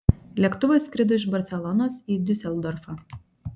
lėktuvas skrido iš barselonos į diuseldorfą